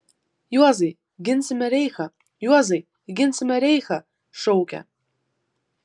juozai ginsime reichą juozai ginsime reichą šaukia